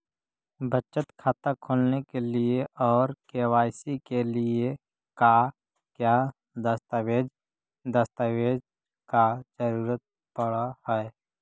बचत खाता खोलने के लिए और के.वाई.सी के लिए का क्या दस्तावेज़ दस्तावेज़ का जरूरत पड़ हैं?